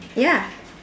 ya